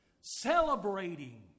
Celebrating